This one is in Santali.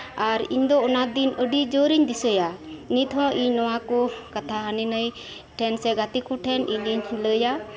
ᱟᱨ ᱤᱧ ᱫᱚ ᱚᱱᱟ ᱫᱤᱱ ᱟᱹᱰᱤ ᱡᱳᱨ ᱤᱧ ᱫᱤᱥᱟᱹᱭᱟ ᱤᱧᱦᱚᱸ ᱤᱧ ᱱᱚᱣᱟ ᱠᱚ ᱠᱟᱛᱷᱟ ᱦᱟᱹᱱᱤ ᱱᱟᱹᱭ ᱴᱷᱮᱱ ᱥᱮ ᱜᱟᱛᱮ ᱠᱚᱴᱷᱮᱱ ᱤᱧᱤᱧ ᱞᱟᱹᱭᱟ